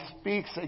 speaks